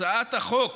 הצעת החוק